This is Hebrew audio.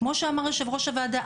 כמו שאמר יושב-ראש הוועדה,